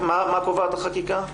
מה קובעת החקיקה?